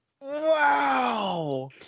Wow